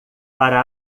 para